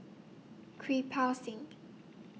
Kirpal Singh